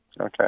Okay